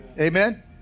Amen